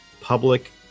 public